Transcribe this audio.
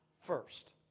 first